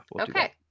okay